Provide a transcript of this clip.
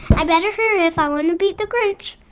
i better hurry if i want to beat the grinch.